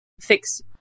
fix